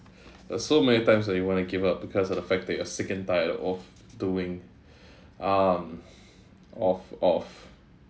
there's so many times when you want to give up because of the fact that you're sick and tired of doing um of of